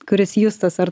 kuris justas ar